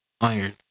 iron